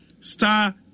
Star